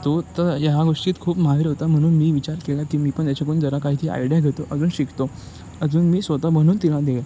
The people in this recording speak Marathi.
तो त ह्या गोष्टीत खूप माहिर होता म्हणून मी विचार केला की पण याच्याकडून जरा काही ती आयडिया घेतो अजून शिकतो अजून मी स्वतः बनून तिला देईल